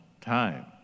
time